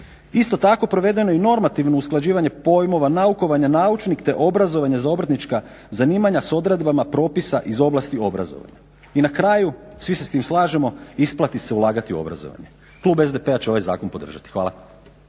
Isto tako, provedeno je i normativno usklađivanje pojmova naukovanja naučnih te obrazovanja za obrtnička zanimanja s odredbama propisa iz ovlasti obrazovanja. I na kraju svi se s tim slažemo, isplati se ulagati u obrazovanje. Klub SDP-a će ovaj zakon podržati. Hvala.